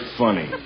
funny